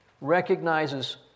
recognizes